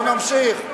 בוא נמשיך,